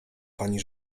pani